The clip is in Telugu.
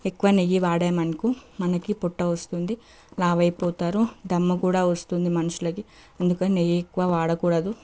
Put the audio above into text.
ఎక్కువ నెయ్యి వాడమనుకో మనకి పొట్ట వస్తుంది లావైపోతారు దమ్మ కూడా వస్తుంది మనుషులకి అందుకని నెయ్యి ఎక్కువ వాడకూడదు